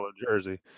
jersey